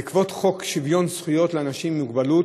בעקבות חוק שוויון זכויות לאנשים עם מוגבלות